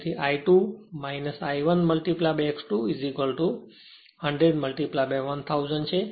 તેથી I2 I 1 X2 100 1000 છે